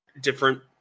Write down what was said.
different